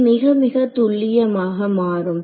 இது மிக மிக துல்லியமாக மாறும்